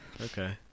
Okay